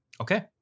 okay